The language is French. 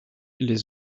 les